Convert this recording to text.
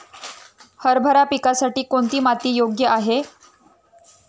हरभरा पिकासाठी कोणती माती योग्य आहे?